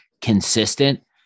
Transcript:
consistent